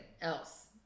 else